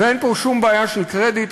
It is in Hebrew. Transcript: ואין פה שום בעיה של קרדיט,